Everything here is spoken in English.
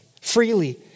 freely